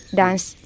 dance